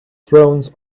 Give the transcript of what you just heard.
thrones